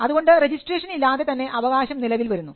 അതുകൊണ്ട് റജിസ്ട്രേഷൻ ഇല്ലാതെതന്നെ അവകാശം നിലവിൽ വരുന്നു